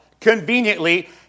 conveniently